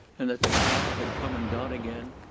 and that the cow had come and gone again,